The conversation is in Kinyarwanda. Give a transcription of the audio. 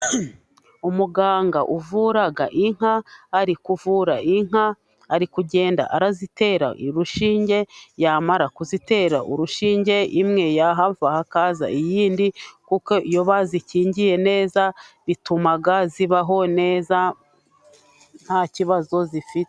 Umuganga uvura inka ari kuvura inka, ari kugenda azitera urushinge, yamara kuzitera urushinge, imwe yahava hakaza iyindi kuko iyo bazikingiye neza bituma zibaho neza, nta kibazo zifite.